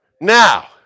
Now